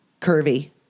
Curvy